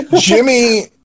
jimmy